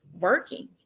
working